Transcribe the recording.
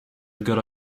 good